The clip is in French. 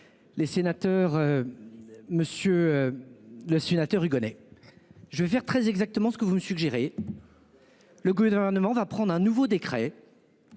le sénateur Hugonet, je vais faire très exactement ce que vous me suggérez. Le Gouvernement va prendre un nouveau décret,